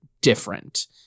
different